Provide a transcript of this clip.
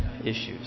issues